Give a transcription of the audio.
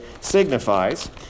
signifies